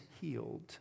healed